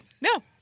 No